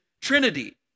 trinity